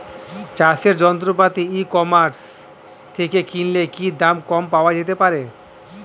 চাষের যন্ত্রপাতি e commerce থেকে কিনলে কি দাম কম পাওয়া যেতে পারে?